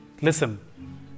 Listen